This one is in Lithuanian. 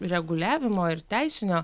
reguliavimo ir teisinio